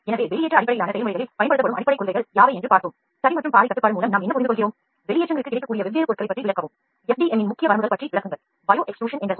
எனவே நாம் பிதிர்வு அடிப்படையிலான செயல்முறைகளில் பயன்படுத்தப்படும் அடிப்படைக் கொள்கைகள் பாதை கட்டுப்பாடு வெளியேற்றங்களுக்கு கிடைக்கக்கூடிய வெவ்வேறு பொருட்கள் FDM இன் முக்கிய வரம்புகள் உயிர் பிதிர்வு மற்றும் ஏன்எஸ்